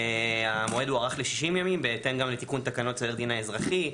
המועד הוארך ל-60 ימים בהתאם לתיקון תקנות הדין האזרחי,